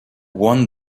won